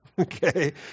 Okay